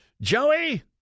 Joey